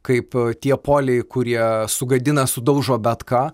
kaip tie poliai kurie sugadina sudaužo bet ką